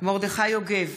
מרדכי יוגב,